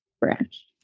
branch